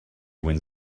wins